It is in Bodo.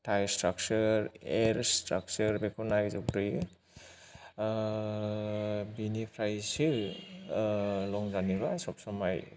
टायार स्ट्राकसार एयार स्ट्राकसार बेखौ नायजोबग्रोयो बेनिफ्रायसो लं जार्नि बा सब समाय